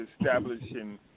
establishing